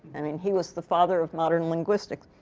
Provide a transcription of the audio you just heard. i mean, he was the father of modern linguistics.